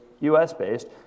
US-based